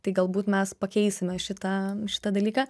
tai galbūt mes pakeisime šitą šitą dalyką